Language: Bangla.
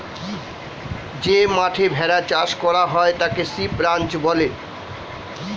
যে মাঠে ভেড়া চাষ করা হয় তাকে শিপ রাঞ্চ বলে